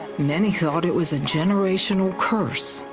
many thought it was a generational curse.